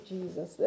Jesus